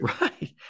right